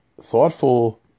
thoughtful